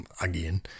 again